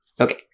Okay